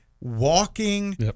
walking